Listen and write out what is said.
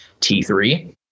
T3